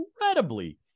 incredibly